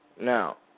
Now